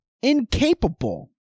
Incapable